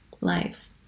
life